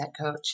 coach